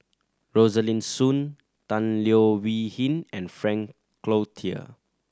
Rosaline Soon Tan Leo Wee Hin and Frank Cloutier